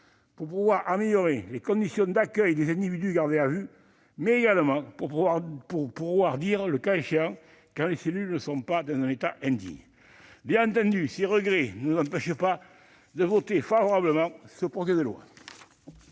fois pour améliorer les conditions d'accueil des individus gardés à vue et pour dire, le cas échéant, quand les cellules ne sont pas dans un état indigne. Bien entendu, ces regrets ne nous empêcheront pas de voter ce projet de loi.